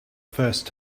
first